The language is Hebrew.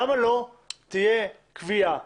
למה לא תהיה קביעה